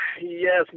Yes